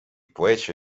плечі